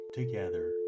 together